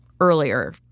earlier